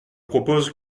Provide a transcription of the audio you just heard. propose